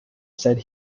said